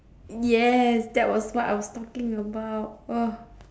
yes that was what I was talking about